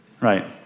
right